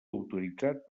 autoritzat